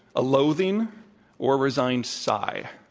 a loathing or a resigned sigh.